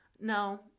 no